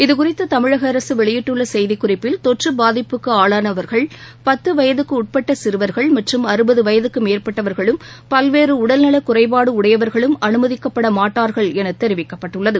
இதுகுறித்து தமிழக அரசு வெளியிட்டுள்ள செய்திக்குறிப்பில் தொற்று பாதிப்புக்கு ஆளானவர்கள் பத்து வயதுக்கு உட்பட்ட சிறுவர்கள் மற்றும் அறுபது வயதுக்கு மேற்பட்டவர்களும் பல்வேறு உடல்நலக் குறைபாடு உடையவர்களும் அனுமதிக்கப்பட மாட்டார்கள் என தெரிவிக்கப்பட்டுள்ளது